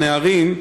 הנערים,